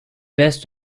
best